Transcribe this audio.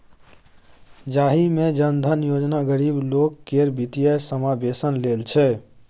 जाहि मे जन धन योजना गरीब लोक केर बित्तीय समाबेशन लेल छै